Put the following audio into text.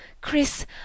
Chris